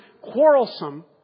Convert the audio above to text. quarrelsome